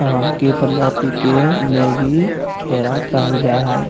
आम के प्रजाति के मेंगीफेरा कहल जाय हइ